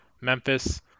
Memphis